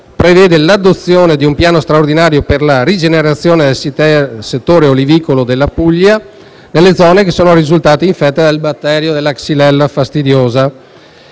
prevede l'adozione di un Piano straordinario per la rigenerazione del settore olivicolo della Puglia nelle zone risultate infette dal batterio della xylella fastidiosa.